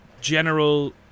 general